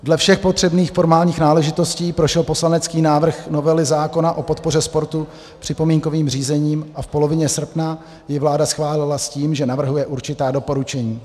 Dle všech potřebných formálních náležitostí prošel poslanecký návrh novely zákona o podpoře sportu připomínkovým řízením a v polovině srpna jej vláda schválila s tím, že navrhuje určitá doporučení.